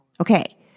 Okay